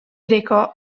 recò